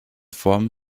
form